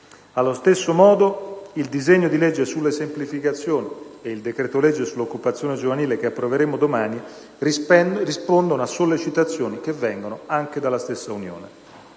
Allo stesso modo, il disegno di legge sulle semplificazioni e il decreto-legge sull'occupazione giovanile, che approveremo domani, rispondono a sollecitazioni che vengono anche dalla stessa Unione